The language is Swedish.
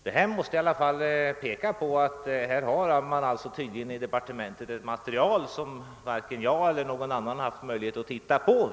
Detta pekar på att man i departementet har ett material som varken jag eller någon annan haft möjlighet att se.